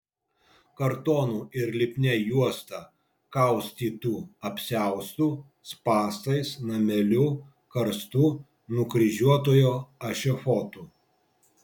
kartonu ir lipnia juosta kaustytu apsiaustu spąstais nameliu karstu nukryžiuotojo ešafotu